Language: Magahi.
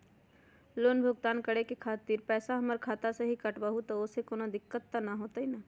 लोन भुगतान करे के खातिर पैसा हमर खाता में से ही काटबहु त ओसे कौनो दिक्कत त न होई न?